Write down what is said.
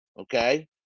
okay